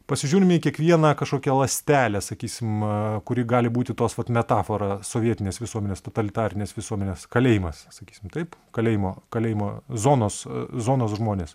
pasižiūrime į kiekvieną kažkokią ląstelę sakysim kuri gali būti tos vat metafora sovietinės visuomenės totalitarinės visuomenės kalėjimas sakysim taip kalėjimo kalėjimo zonos zonos žmonės